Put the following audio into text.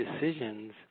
decisions